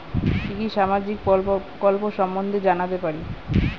কি কি সামাজিক প্রকল্প সম্বন্ধে জানাতে পারি?